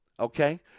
Okay